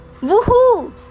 Woohoo